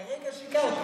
כרגע שיקרת.